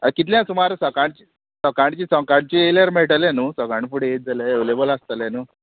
कितल्या सुमार सकाळची सकाळची सकाळची येयल्यार मेळटले न्हू सकाळ फुडें येत जाल्यार एवेलेबल आसतले न्हू